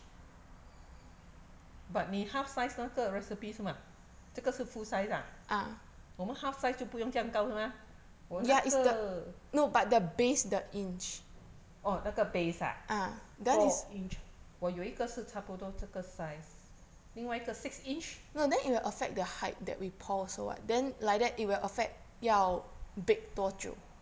but 你 half size 那个 recipe 是吗这个是 full size ah 我们 half size 就不用这样高是吗我们是哦那个 base 啊 four inch 我有一个差不多是这个 size 另外一个 six inch